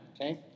Okay